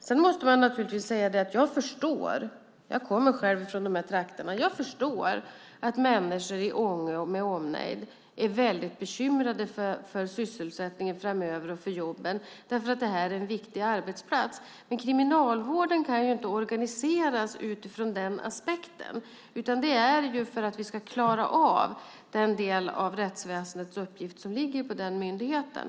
Sedan måste jag säga att jag förstår - jag kommer själv från de här trakterna - att människor i Ånge med omnejd är väldigt bekymrade för sysselsättningen framöver och för jobben, därför att det här är en viktig arbetsplats. Men Kriminalvården kan ju inte organiseras utifrån den aspekten, utan det är för att vi ska klara av den del av rättsväsendets uppgift som ligger på den myndigheten.